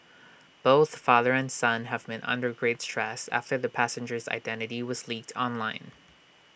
both father and son have been under great stress after the passenger's identity was leaked online